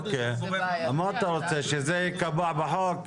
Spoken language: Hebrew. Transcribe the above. אז אתה רוצה שזה יהיה קבוע בחוק?